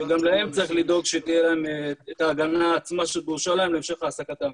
שגם להם צריך לדאוג שתהיה להם את ההגנה שדרושה להם להמשך העסקתם.